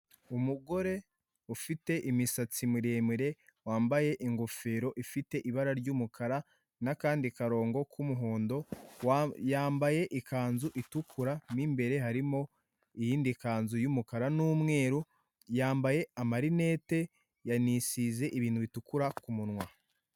Umugore ufite imisatsi miremire wambaye ingofero ifite ibara ry'umukara n'akandi karongo k'umuhondo yambaye ikanzu itukura, mo imbere harimo iyindi kanzu y'umukara n'umweru yambaye ama lunette yanisize ibintu bitukura ku munwa.